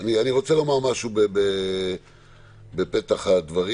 אני רוצה לומר בפתח הדברים.